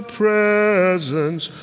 presence